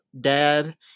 Dad